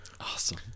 Awesome